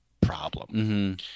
problem